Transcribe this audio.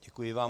Děkuji vám.